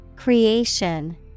Creation